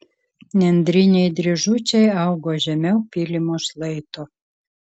nendriniai dryžučiai augo žemiau pylimo šlaito